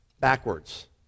backwards